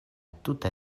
tuta